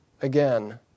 again